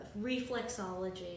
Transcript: reflexology